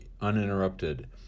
uninterrupted